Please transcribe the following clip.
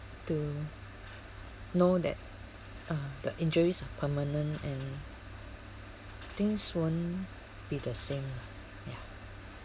to know that uh the injuries are permanent and things won't be the same lah ya